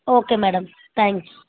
okay madam thanks